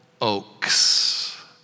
oaks